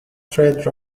trade